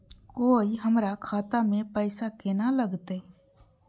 कोय हमरा खाता में पैसा केना लगते?